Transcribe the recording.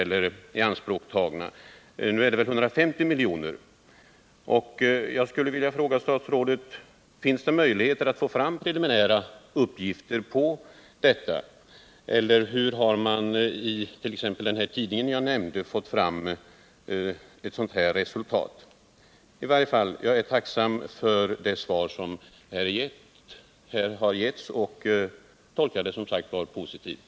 Nu är det väl fråga om 150 miljoner, och jag skulle vilja fråga statsrådet: Finns det möjlighet att få fram preliminära uppgifter om detta? Hur har man t.ex. i den tidning som jag nämnde kommit till ett sådant här resultat? Herr talman! Jag är i alla fall tacksam för det svar som här har getts och tolkar det positivt.